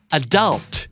adult